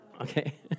Okay